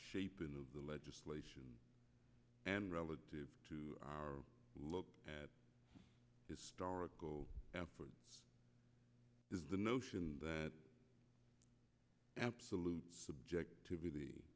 shape in the legislation and relative to look at historical effort is the notion that absolute subjectivity